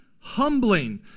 humbling